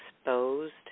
exposed